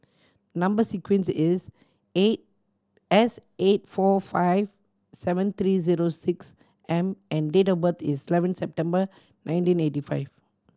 number sequence is A S eight four five seven three zero six M and date of birth is eleven September nineteen eighty five